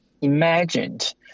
imagined